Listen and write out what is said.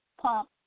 Pump